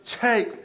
take